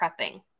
prepping